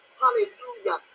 hallelujah